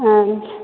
नहि